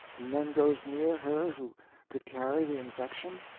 none goes near her who could carry the infection?